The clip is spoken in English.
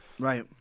Right